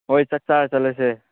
ꯍꯣꯏ ꯆꯥꯛ ꯆꯥꯔ ꯆꯠꯂꯁꯦ